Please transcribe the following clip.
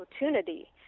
opportunity